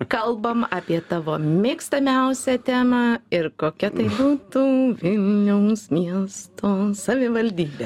kalbam apie tavo mėgstamiausią temą ir kokia tai būtų vilniaus miesto savivaldybė